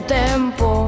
tempo